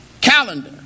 calendar